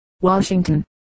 Washington